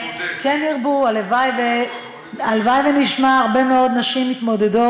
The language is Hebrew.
ראיתי שאיילת הודיעה שהיא תתמודד,